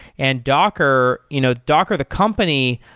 and docker, you know docker the company,